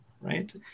right